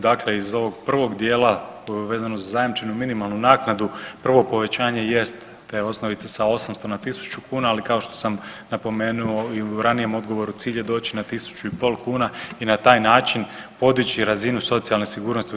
Dakle iz ovog prvog dijela vezano za zajamčenu minimalnu naknadu, prvo povećanje jest te osnovice sa 800 na 1000 kuna, ali kao što sam napomenuo i u ranijem odgovoru, cilj je doći na tisuću i pol kuna i na taj način podići razinu socijalne sigurnosti u RH.